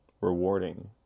rewarding